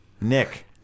Nick